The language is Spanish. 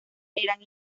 eran